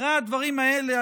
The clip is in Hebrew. אחרי הדברים האלה,